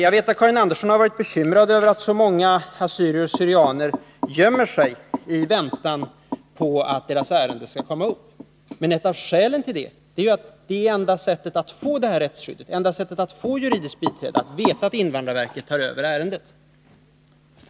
Jag vet att Karin Andersson har varit bekymrad över att så många assyrier och syrianer gömmer sig i väntan på att deras ärenden skall komma upp, men ett av skälen till detta är ju att det enda sättet att få det här rättsskyddet, att få juridiskt biträde, är att se till att invandrarverket tar över ärendet.